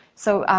so,